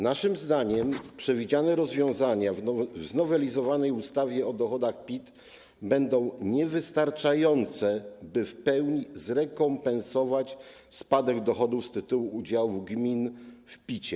Naszym zdaniem przewidziane rozwiązania w znowelizowanej ustawie o dochodach PIT będą niewystarczające, by w pełni zrekompensować spadek dochodów z tytułu udziału gmin w podatku PIT.